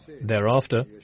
Thereafter